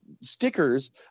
Stickers